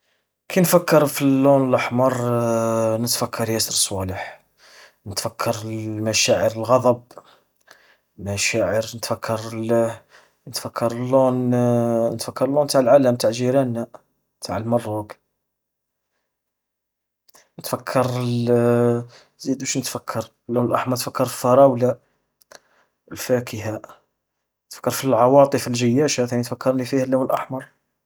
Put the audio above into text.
كي نفكر في اللون الأحمر، نتفكر ياسر صوالح. نتفكر المشاعر الغضب، مشاعر نتفكر اللون نتفكر اللون تع العلم تاع جيراننا، تاع المروك. نتفكر زيد وش نتفكر؟ اللون الأحمر نتفكر فراولة، الفاكهة. نتفكر في العواطف الجياشة ثاني تفكرني فيها اللون الأحمر.